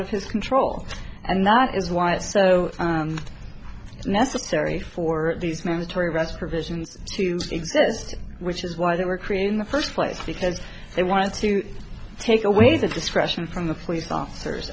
of his control and that is why it's so necessary for these mandatory rest provisions to exist which is why they were created in the first place because they wanted to take away that discretion from the police officers